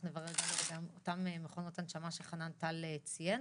אנחנו נברר גם לגבי אותן מכונות הנשמה שחנן טל ציין.